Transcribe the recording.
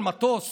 על מטוס